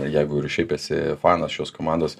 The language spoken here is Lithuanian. jeigu ir šiaip esi fanas šios komandos